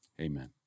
Amen